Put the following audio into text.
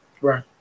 Right